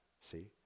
See